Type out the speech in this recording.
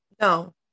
No